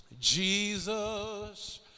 Jesus